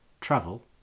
travel